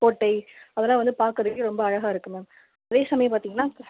கோட்டை அதெல்லாம் வந்து பார்க்கறதுக்கே ரொம்ப அழகாக இருக்கும் மேம் அதே சமயம் பார்த்தீங்கன்னா